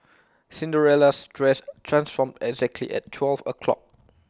Cinderella's dress transformed exactly at twelve o' clock